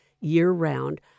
year-round